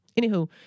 Anywho